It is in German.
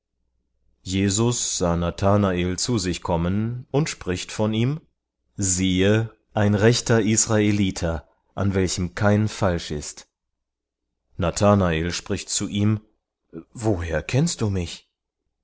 jesus sah nathanael zu sich kommen und spricht von ihm siehe ein rechter israeliter in welchem kein falsch ist nathanael spricht zu ihm woher kennst du mich